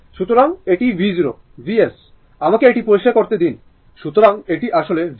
সুতরাং এটি v0 আমাকে এটি পরিষ্কার করতে দিন